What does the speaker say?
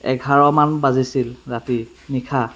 এঘাৰমান বাজিছিল ৰাতি নিশা